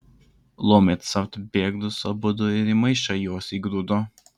laumė capt bėglius abudu ir į maišą juos įgrūdo